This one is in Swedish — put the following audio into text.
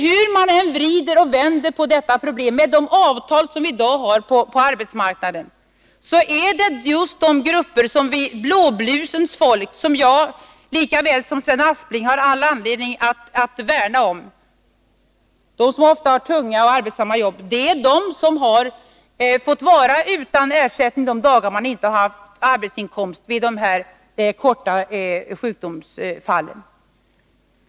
Hur man än vrider och vänder på detta problem, så är det, med de avtal som i dag finns på arbetsmarknaden, just blåblusens folk — som jag, lika väl som Sven Aspling, har all anledning att värna om — med ofta tunga och arbetsamma jobb som har fått vara utan ersättning de dagar som de inte har haft arbetsinkomst vid dessa kortare sjukdomsfall.